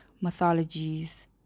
mythologies